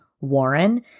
Warren